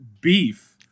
beef